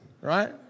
right